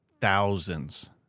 thousands